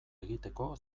egiteko